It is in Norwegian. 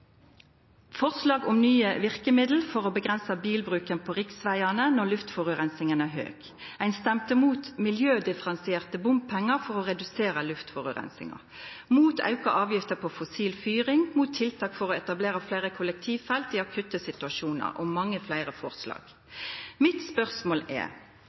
forslag om nye verkemiddel for å avgrensa bilbruken på riksvegane når luftforureininga er høg. Ein stemte mot miljødifferensierte bompengar for å redusera luftforureininga, mot auka avgifter på fossil fyring, mot tiltak for å etablera fleire kollektivfelt i akutte situasjonar – og mange fleire forslag. Mitt spørsmål er: